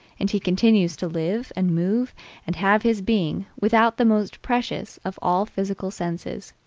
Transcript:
and he continues to live and move and have his being without the most precious of all physical senses.